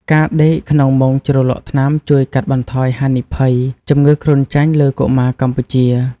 ការដេកក្នុងមុងជ្រលក់ថ្នាំជួយកាត់បន្ថយហានិភ័យជំងឺគ្រុនចាញ់លើកុមារកម្ពុជា។